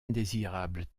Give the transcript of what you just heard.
indésirables